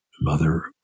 mother